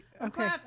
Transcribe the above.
okay